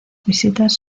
visitas